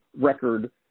record